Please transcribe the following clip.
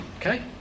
okay